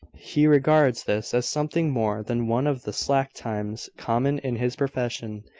he regards this as something more than one of the slack times common in his profession.